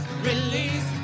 release